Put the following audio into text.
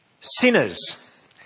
sinners